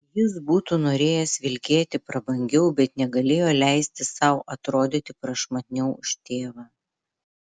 jis būtų norėjęs vilkėti prabangiau bet negalėjo leisti sau atrodyti prašmatniau už tėvą